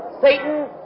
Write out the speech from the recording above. Satan